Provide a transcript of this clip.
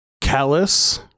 Callus